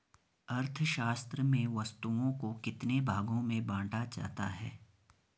अर्थशास्त्र में वस्तुओं को कितने भागों में बांटा जाता है?